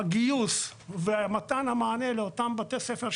הגיוס ומתן המענה לאותם בתי ספר,